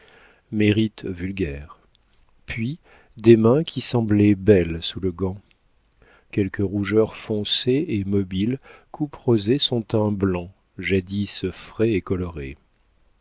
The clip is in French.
vulgaire puis des mains qui semblaient belles sous le gant quelques rougeurs foncées et mobiles couperosaient son teint blanc jadis frais et coloré